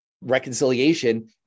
reconciliation